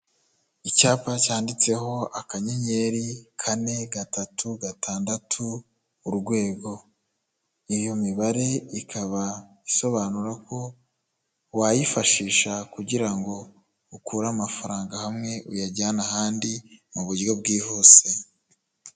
Icyapa cyanditseho akanyenyeri, kane, gatatu, gatandatu, urwego, iyo mibare ikaba isobanura ko wayifashisha kugira ngo ukure amafaranga hamwe uyajyane ahandi mu buryo bwihuse.